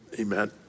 amen